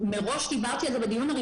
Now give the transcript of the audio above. היא מדברת על כל החוק.